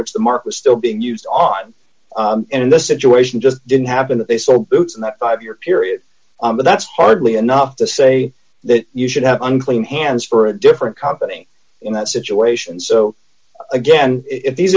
which the mark was still being used on and the situation just didn't happen they so boots in that five year period but that's hardly enough to say that you should have unclean hands for a different company in that situation so again if these